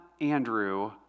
Andrew